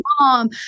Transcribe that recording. mom